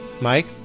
Mike